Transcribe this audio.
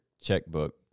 checkbook